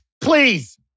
please